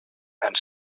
and